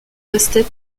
restait